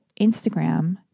Instagram